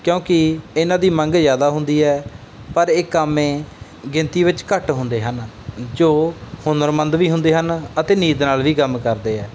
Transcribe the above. ਕਿਉਂਕਿ ਇਹਨਾਂ ਦੀ ਮੰਗ ਜ਼ਿਆਦਾ ਹੁੰਦੀ ਹੈ ਪਰ ਇਹ ਕਾਮੇ ਗਿਣਤੀ ਵਿੱਚ ਘੱਟ ਹੁੰਦੇ ਹਨ ਜੋ ਹੁਨਰਮੰਦ ਵੀ ਹੁੰਦੇ ਹਨ ਅਤੇ ਨੀਤ ਨਾਲ ਵੀ ਕੰਮ ਕਰਦੇ ਆ